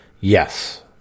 Yes